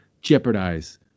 jeopardize